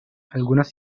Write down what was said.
algunos